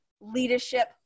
leadership